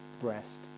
breast